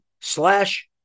slash